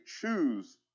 choose